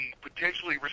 potentially